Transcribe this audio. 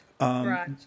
Right